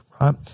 right